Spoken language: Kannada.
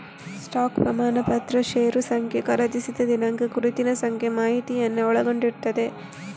ಸ್ಟಾಕ್ ಪ್ರಮಾಣಪತ್ರ ಷೇರು ಸಂಖ್ಯೆ, ಖರೀದಿಸಿದ ದಿನಾಂಕ, ಗುರುತಿನ ಸಂಖ್ಯೆ ಮಾಹಿತಿಯನ್ನ ಒಳಗೊಂಡಿರ್ತದೆ